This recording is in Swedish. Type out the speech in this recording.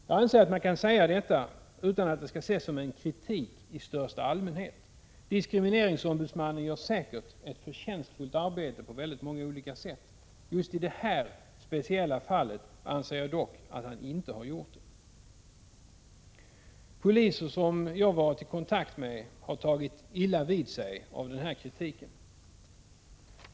Jag anser att man kan säga detta utan att det skall anses som kritik i största allmänhet. Diskrimineringsombudsmannen gör säkert ett förtjänstfullt arbete på väldigt många olika sätt. I just detta speciella fall anser jag dock att han inte har gjort det. Poliser som jag har varit i kontakt med har tagit illa vid sig av denna kritik.